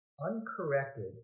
uncorrected